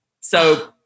So-